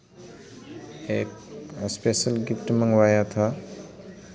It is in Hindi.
एक स्पेशल गिफ्ट मंगवाया था